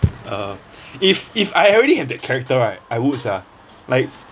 uh if if I already have that character right I would sia like